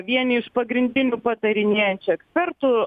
vieni iš pagrindinių patarinėjančių ekspertų